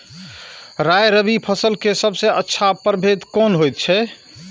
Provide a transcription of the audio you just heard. राय रबि फसल के सबसे अच्छा परभेद कोन होयत अछि?